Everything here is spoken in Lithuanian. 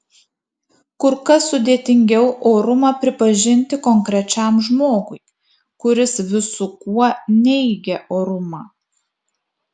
kur kas sudėtingiau orumą pripažinti konkrečiam žmogui kuris visu kuo neigia orumą